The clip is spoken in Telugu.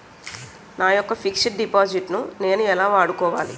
నా యెక్క ఫిక్సడ్ డిపాజిట్ ను నేను ఎలా వాడుకోవాలి?